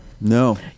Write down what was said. No